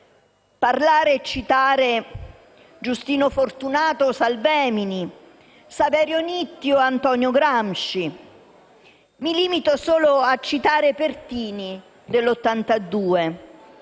relatori, citare Giustino Fortunato o Salvemini, Saverio Nitti o Antonio Gramsci. Mi limito solo a citare Pertini, nel 1982